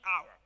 hour